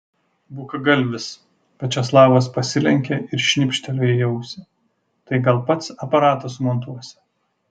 bukagalvis viačeslavas pasilenkė ir šnipštelėjo į ausį tai gal pats aparatą sumontuosi